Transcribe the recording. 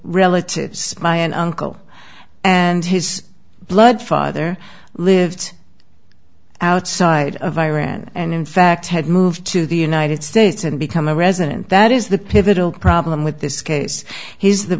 relatives by an uncle and his blood father lived outside of iran and in fact had moved to the united states and become a resident that is the pivotal problem with this case he says the